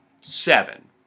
seven